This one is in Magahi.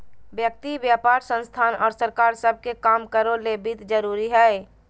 व्यक्ति व्यापार संस्थान और सरकार सब के काम करो ले वित्त जरूरी हइ